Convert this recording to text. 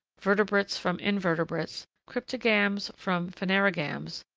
vertebrates from invertebrates, cryptogams from phanerogams,